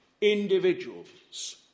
individuals